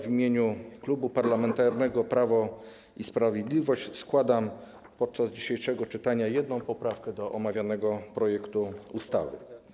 W imieniu Klubu Parlamentarnego Prawo i Sprawiedliwość składam podczas dzisiejszego czytania jedną poprawkę do omawianego projektu ustawy.